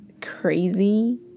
crazy